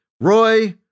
Roy